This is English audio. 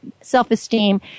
self-esteem